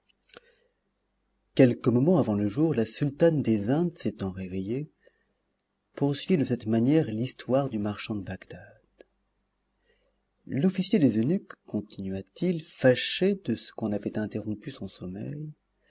quelques moments avant le jour la sultane des indes s'étant réveillée poursuivit de cette manière l'histoire du marchand de bagdad l'officier des eunuques continua-t-il fâché de ce qu'on avait interrompu son sommeil